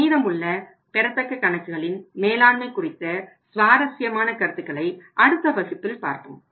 மீதம் உள்ள பெறத்தக்க கணக்குகளின் மேலாண்மை குறித்த சுவாரஸ்யமான கருத்துக்களை அடுத்த வகுப்பில் பார்ப்போம்